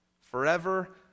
Forever